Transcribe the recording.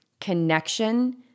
connection